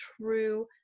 true